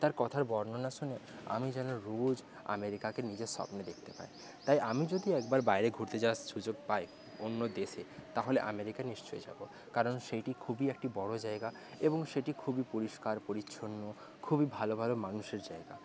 তার কথার বর্ণনা শুনে আমি যেন রোজ আমেরিকাকে নিজের স্বপ্নে দেখতে পাই তাই আমি যদি একবার বাইরে ঘুরতে যাওয়ার সুযোগ পাই অন্য দেশে তাহলে আমেরিকা নিশ্চয়ই যাব কারণ সেইটি খুবই একটি বড় জায়গা এবং সেটি খুবই পরিষ্কার পরিচ্ছন্ন খুবই ভালো ভালো মানুষের জায়গা